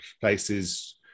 places